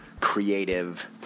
creative